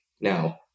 now